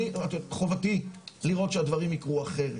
חובתי לראות שהדברים יקרו אחרת.